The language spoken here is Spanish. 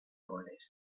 goles